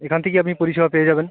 এখান থেকে আপনি পরিষেবা পেয়ে যাবেন